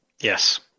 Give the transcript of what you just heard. yes